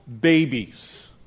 babies